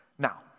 Now